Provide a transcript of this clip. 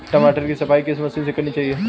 टमाटर की सफाई किस मशीन से करनी चाहिए?